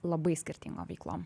labai skirtingom veiklom